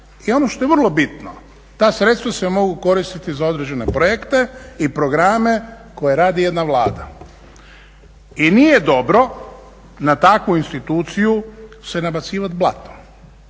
I ono što je vrlo bitno, ta sredstva se mogu koristiti za određene projekte i programe koje radi jedna Vlada. I nije dobro na takvu instituciju se nabacivati blato